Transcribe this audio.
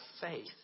faith